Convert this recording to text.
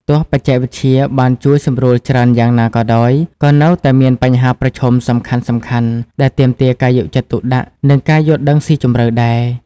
ទោះបច្ចេកវិទ្យាបានជួយសម្រួលច្រើនយ៉ាងណាក៏ដោយ ក៏នៅតែមានបញ្ហាប្រឈមសំខាន់ៗដែលទាមទារការយកចិត្តទុកដាក់ និងការយល់ដឹងស៊ីជម្រៅដែរ។